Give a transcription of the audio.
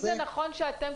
האם זה נכון שאתם,